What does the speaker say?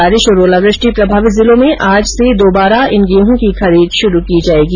बारिश और ओलावृष्टि प्रभावित जिलों में आज से दोबारा गेहू खरीद शुरू की जायेगी